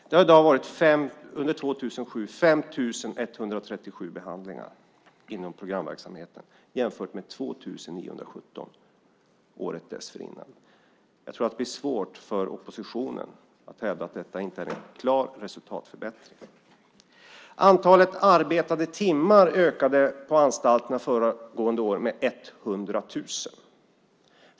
Det har under 2007 varit 5 137 behandlingar inom programverksamheten, jämfört med 2 917 året dessförinnan. Jag tror att det blir svårt för oppositionen att hävda att detta inte är en klar resultatförbättring. Antalet arbetade timmar på anstalterna ökade föregående år med 100 000.